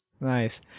nice